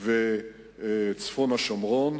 וצפון השומרון,